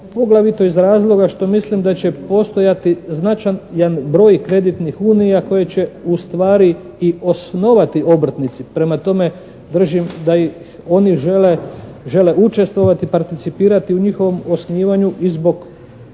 poglavito iz razloga što mislim da će postojati značajan broj kreditnih unija koje će ustvari i osnovati obrtnici. Prema tome držim da ih oni žele učestvovati, participirati u njihovom osnivanju i zbog toga